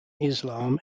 islam